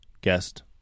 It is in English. guest